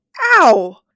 ow